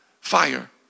fire